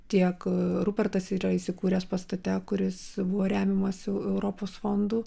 tiek rupertas yra įsikūręs pastate kuris buvo remiamas europos fondų